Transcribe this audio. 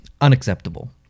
Unacceptable